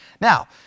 Now